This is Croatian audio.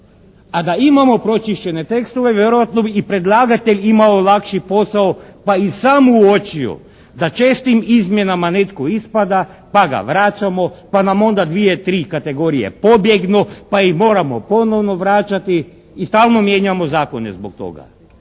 a da imamo pročišćene tekstove vjerojatno bi i predlagatelj imao lakši posao pa i sam uočio da čestim izmjenama netko ispada pa ga vraćamo, pa nam onda 2, 3 kategorije pobjegnu pa ih moramo ponovno vraćati i stalno mijenjamo zakone zbog toga.